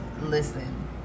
listen